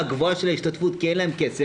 הגבוהה של ההשתתפות כי אין להם כסף.